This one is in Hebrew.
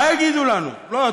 מה יגידו לנו, לא.